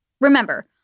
Remember